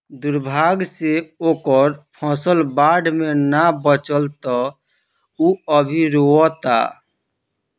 दुर्भाग्य से ओकर फसल बाढ़ में ना बाचल ह त उ अभी रोओता